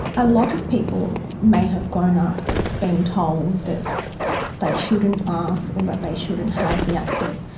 a lot of people may have grown up being told that they shouldn't ask or that they shouldn't have the access.